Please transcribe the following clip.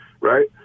right